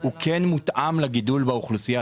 הוא כן מותאם לגידול באוכלוסייה.